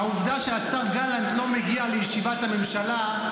העובדה שהשר גלנט לא מגיע לישיבת הממשלה,